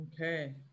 Okay